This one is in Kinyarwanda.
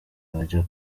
bajya